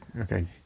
okay